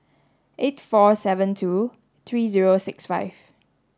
eight four seven two three zero six five